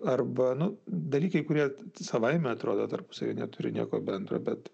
arba nu dalykai kurie savaime atrodo tarpusavy neturi nieko bendro bet